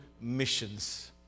missions